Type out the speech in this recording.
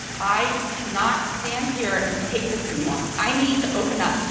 i cannot stand here and take this anymore. i need to open up.